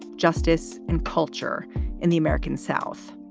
justice and culture in the american south.